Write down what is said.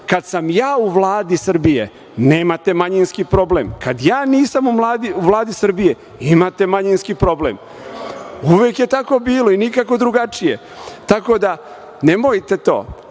kad sam ja u Vladi Srbije nemate manjinski problem, kad ja nisam u Vladi Srbije, imate manjinski problem. Uvek je tako bilo i nikako drugačije. Tako da, nemojte to.